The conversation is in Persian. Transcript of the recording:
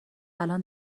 الان